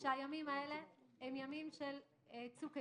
הימים הללו הם ימי צוק איתן,